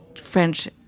French